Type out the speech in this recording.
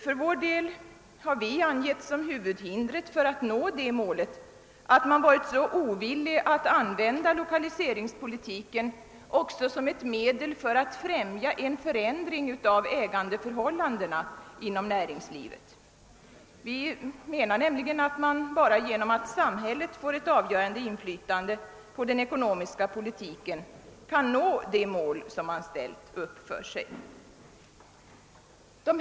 För vår del har vi angivit som huvudhindret för uppnåendet av detta mål att man varit så ovillig att använda lokaliseringspolitiken också som ett medel för att främja en förändring av ägandeförhållandenainom näringslivet. Vi menar nämligen att man bara genom att låta samhället få ett avgörande inflytande på den ekonomiska politiken kan nå det mål som man ställt upp i detta sammanhang.